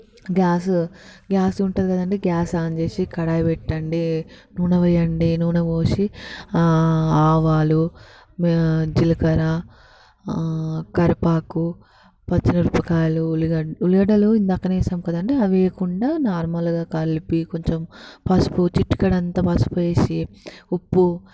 gas gas ఉంటుంది కదండీ gas on చేసి కడాయి పెట్టండి నూనె పోయండి నూనె పోసి ఆవాలు జీలకర్ర కరివేపాకు పచ్చిమిరపకాయలు ఉల్లిగ ఉల్లిగడ్డలు ఇందాక అనేసాము కదండీ అది వేయకుండా నార్మల్గా కలిపి కొంచెం పసుపు చిటికెడంత పసుసు వేసి ఉప్పు